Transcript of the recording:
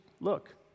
look